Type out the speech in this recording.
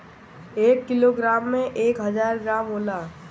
एक किलोग्राम में एक हजार ग्राम होला